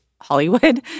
Hollywood